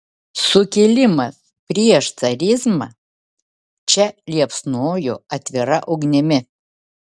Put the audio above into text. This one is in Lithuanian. sukilimas prieš carizmą čia liepsnojo atvira ugnimi